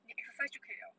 你 exercise 就可以 liao